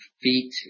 feet